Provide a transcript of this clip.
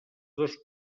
dos